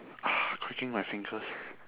cracking my fingers